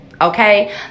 Okay